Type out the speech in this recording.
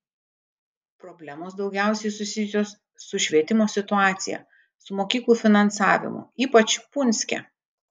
problemos daugiausiai susijusios su švietimo situacija su mokyklų finansavimu ypač punske